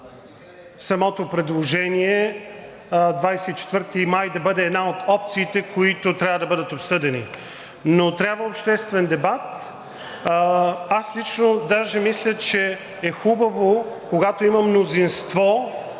самото предложение 24 май да бъде една от опциите, които трябва да бъдат обсъдени, но трябва обществен дебат. Аз лично даже мисля, че е хубаво, когато има мнозинство